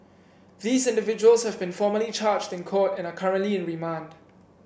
these individuals have been formally charged in court and are currently in remand